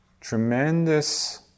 tremendous